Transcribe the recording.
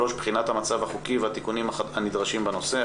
בחינת המצב החוקי והתיקונים הנדרשים בנושא.